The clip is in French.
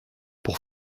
pour